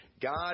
God